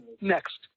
next